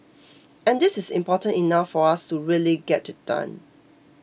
and this is important enough for us to really get it done